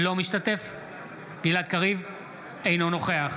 אינו נוכח